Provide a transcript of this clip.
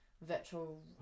virtual